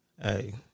Hey